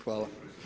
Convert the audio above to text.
Hvala.